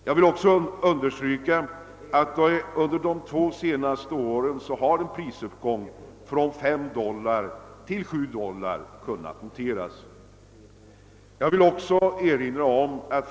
Jag kan också nämna att en prisuppgång från 5 till 7 dollar har noterats under de två senaste åren.